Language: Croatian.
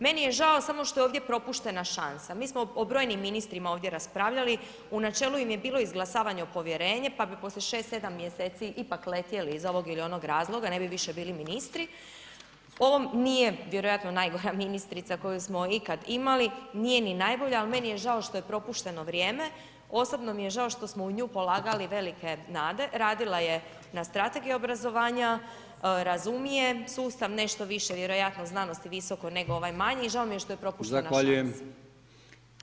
Meni je žao samo što je ovdje propuštena šansa, mi smo o brojnim ministrima ovdje raspravljali, u načelu im je bilo izglasavanje povjerenje, pa bi poslije 6-7 mjeseci ipak letjeli iz ovog ili onog razloga, ne bi više bili ministri, ovom nije vjerojatno najgora ministrica koju smo ikad imali, nije ni najbolja, al meni je žao što je propušteno vrijeme, osobno mi je žao što smo u nju polagali velike nade, radila je na strategiji obrazovanja, razumije sustav, nešto više vjerojatno znanost i visoko nego ovaj manji, žao mi je što je propuštena [[Upadica: Zahvaljujem]] šansa.